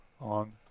on